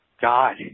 God